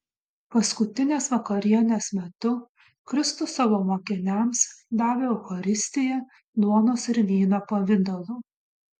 paskutinės vakarienės metu kristus savo mokiniams davė eucharistiją duonos ir vyno pavidalu